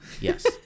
yes